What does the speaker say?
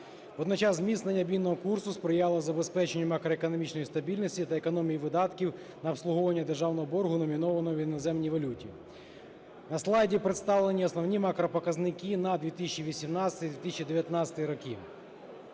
Водночас зміцнення обмінного курсу сприяло забезпеченню макроекономічної стабільності та економії видатків на обслуговування державного боргу номінованого в іноземній валюті. На слайді представлені основні макропоказники на 2018 – 2019 роки.